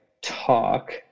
talk